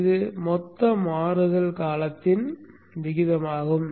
இது மொத்த மாறுதல் காலத்தின் நேரத்தின் விகிதமாகும்